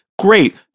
great